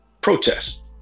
protest